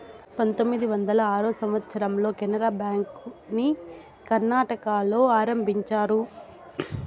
పంతొమ్మిది వందల ఆరో సంవచ్చరంలో కెనరా బ్యాంకుని కర్ణాటకలో ఆరంభించారు